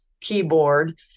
keyboard